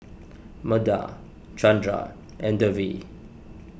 Medha Chandra and Devi